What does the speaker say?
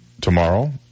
tomorrow